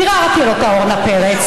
ביררתי על אותה אורנה פרץ.